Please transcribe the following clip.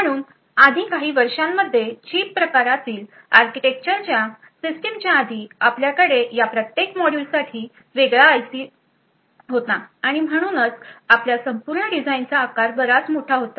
म्हणून आधीच्या काही वर्षांमध्ये चिप प्रकारातील आर्किटेक्चरच्या सिस्टमच्या आधी आपल्याकडे या प्रत्येक मॉड्यूलसाठी वेगळा आयसी होता आणि म्हणूनच आपल्या संपूर्ण डिझाइनचा आकार बराच मोठा होता